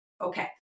Okay